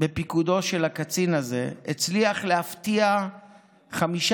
בפיקודו של הקצין הזה הצליח להפתיע 15